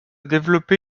développé